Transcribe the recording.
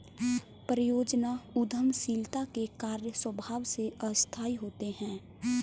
परियोजना उद्यमशीलता के कार्य स्वभाव से अस्थायी होते हैं